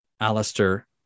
Alistair